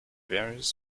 various